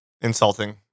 insulting